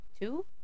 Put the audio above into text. Two